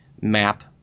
map